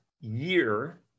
year